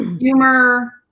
humor